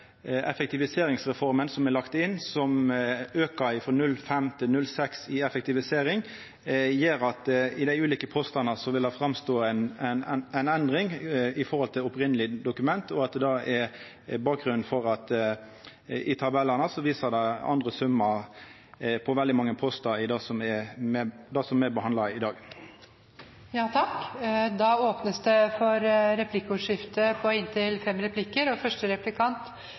effektiviseringsreforma som er lagd inn, som auka frå 0,5 til 0,6 i effektivisering, gjer at det i dei ulike postane vil framstå ei endring i forhold til opphavleg dokument, og at det er bakgrunnen for at tabellane viser andre summar på veldig mange postar i det som me behandlar i dag. Det blir replikkordskifte. La meg takke komitélederen for godt samarbeid i komiteen. Mitt spørsmål er om skattesvikt. Fordi kommunene i